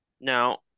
Now